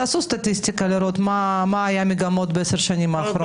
תעשו סטטיסטיקה לראות מה היו המגמות בעשר השנים האחרונות.